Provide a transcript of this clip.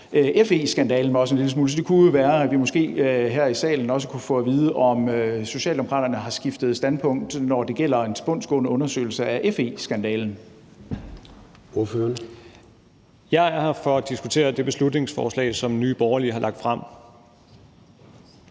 FE-skandalen mig også en lille smule. Så det kunne jo være, at vi måske her i salen også kunne få at vide, om Socialdemokraterne har skiftet standpunkt, når det gælder en tilbundsgående undersøgelse af FE-skandalen. Kl. 13:30 Formanden (Søren Gade): Ordføreren. Kl.